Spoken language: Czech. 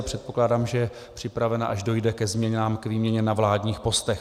Předpokládám, že je připravena, až dojde ke změnám, k výměně na vládních postech.